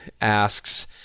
asks